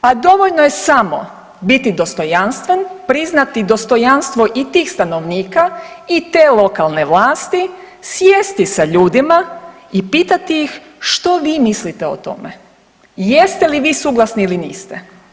A dovoljno je samo biti dostojanstven, priznati dostojanstvo i tih stanovnika i te lokalne vlasti, sjesti sa ljudima i pitati ih što vi mislite o tome, jeste li vi suglasni ili niste?